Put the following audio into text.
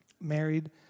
married